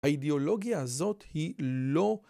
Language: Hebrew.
האידיאולוגיה הזאת היא לא...